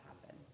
happen